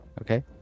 Okay